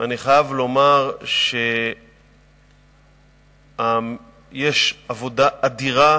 ואני חייב לומר שיש עבודה אדירה